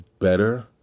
better